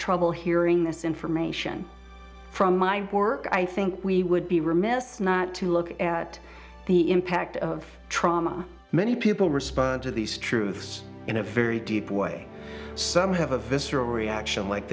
trouble hearing this information from my work i think we would be remiss not to look at the impact of trauma many people respond to these truths in a very deep way some have a visceral reaction like